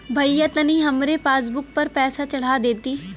भईया तनि हमरे पासबुक पर पैसा चढ़ा देती